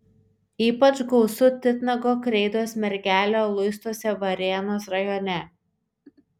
ypač gausu titnago kreidos mergelio luistuose varėnos rajone